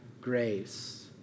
grace